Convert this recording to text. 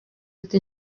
ati